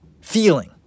feeling